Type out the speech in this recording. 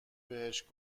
بهش